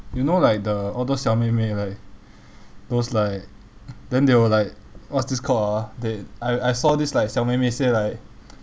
you know like the all those xiao mei mei like those like then they will like what's this called ah they I I saw this like xiao mei mei say like